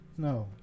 No